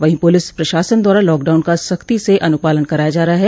वहीं पुलिस प्रशासन द्वारा लॉकडाउन का सख्ती से अनुपालन कराया जा रहा है